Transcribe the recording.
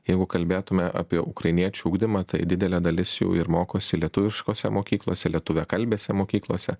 jeigu kalbėtume apie ukrainiečių ugdymą tai didelė dalis jų ir mokosi lietuviškose mokyklose lietuviakalbėse mokyklose